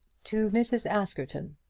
to mrs. askerton.